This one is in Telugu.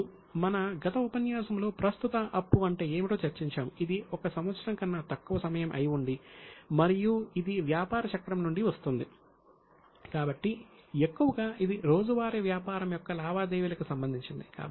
ఇప్పుడు తదుపరిది ప్రస్తుత అప్పులును సూచిస్తుంది